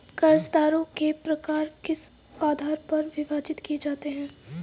कर्जदारों के प्रकार किस आधार पर विभाजित किए जाते हैं?